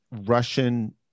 Russian